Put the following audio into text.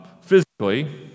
physically